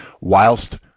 whilst